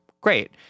great